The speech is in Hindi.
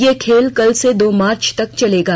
ये खेल कल से दो मार्च तक चलेंगे